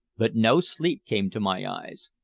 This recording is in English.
but no sleep came to my eyes,